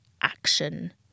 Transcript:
action